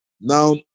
now